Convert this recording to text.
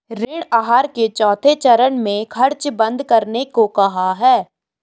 ऋण आहार के चौथे चरण में खर्च बंद करने को कहा है